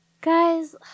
Guys